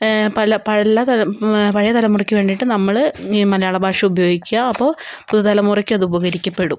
പല പലതരം പഴയ തലമുറക്ക് വേണ്ടിയിട്ട് നമ്മള് ഈ മലയാള ഭാഷ ഉപയോഗിക്കുക അപ്പോൾ പുതുതലമുറക്ക് അത് ഉപകരിക്കപ്പെടും